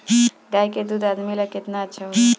गाय का दूध आदमी ला कितना अच्छा होला?